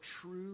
true